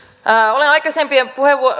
olen aikaisempien